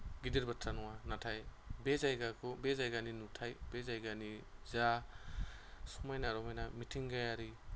गिदिर बाथ्रा नङा नाथाय बे जायगाखौ बे जायगानि नुथाय बे जायगानि जा समायना रमायना मिथिंगायारि